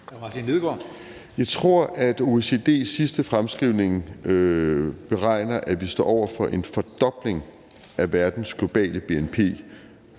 Jeg tror, at OECD i deres seneste fremskrivning beregner, at vi står over for en fordobling af verdens globale bnp